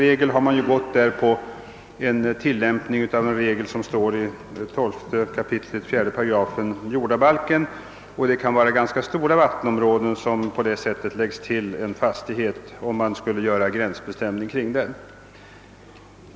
Oftast har man därvidlag tillämpat en regel som står i 12 kap. 4 8 jordabalken. Det kan vara ganska stora vattenområden som därigenom lägges till en fastighet, om man skulle göra en gränsbestämning kring denna.